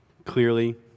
Clearly